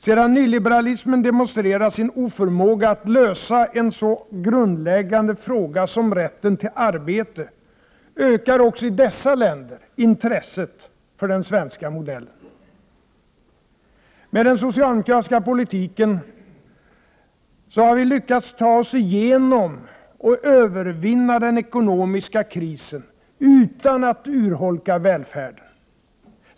Sedan nyliberalismen demonstrerat sin oförmåga att lösa en så grundläggande fråga som rätten till arbete ökar också i dessa länder intresset för den svenska modellen. Med den socialdemokratiska politiken har vi lyckats ta oss igenom och övervinna den ekonomiska krisen utan att urholka välfärden.